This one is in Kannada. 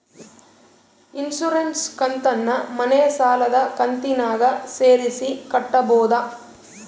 ಇನ್ಸುರೆನ್ಸ್ ಕಂತನ್ನ ಮನೆ ಸಾಲದ ಕಂತಿನಾಗ ಸೇರಿಸಿ ಕಟ್ಟಬೋದ?